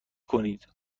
کنید